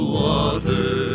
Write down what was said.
water